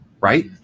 right